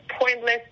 pointless